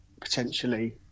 potentially